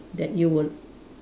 that you will